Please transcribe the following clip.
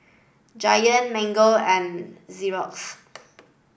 Giant Mango and Zorex